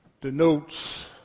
denotes